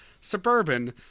suburban